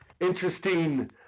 Interesting